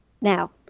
Now